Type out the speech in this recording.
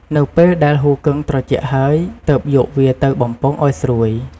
នៅពេលដែលហ៊ូគឹងត្រជាក់ហើយ ទើបយកវាទៅ បំពងឱ្យស្រួយ។